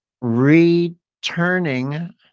returning